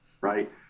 right